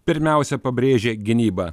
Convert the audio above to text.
pirmiausia pabrėžė gynybą